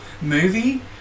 movie